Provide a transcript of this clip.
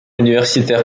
universitaire